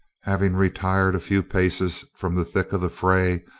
having retired a few paces from the thick of the fray,